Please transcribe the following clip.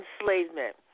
enslavement